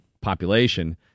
population